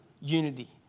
unity